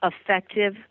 effective